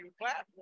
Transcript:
platform